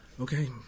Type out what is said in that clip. Okay